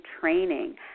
training